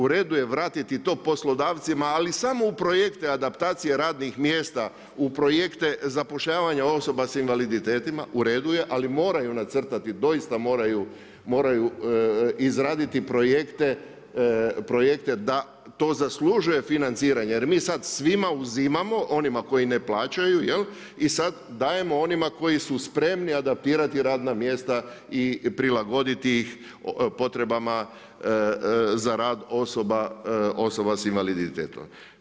Uredu je vratiti to poslodavcima, ali samo u projekte, adaptacije radnih mjesta, u projekte zapošljavanje osoba s invaliditetima, uredu je, ali moraju nacrtati doista moraju izraditi projekte da to zaslužuje financiranje jer mi sada svima uzimamo onima koji ne plaćaju jel i sada dajemo onima koji su spremni adaptirati radna mjesta i prilagoditi ih potrebama za rad osoba s invaliditetom.